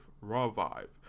revive